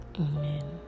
Amen